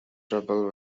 trouble